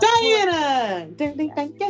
Diana